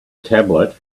tablet